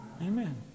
Amen